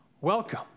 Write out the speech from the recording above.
welcome